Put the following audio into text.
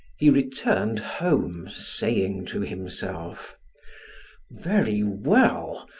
he returned home saying to himself very well,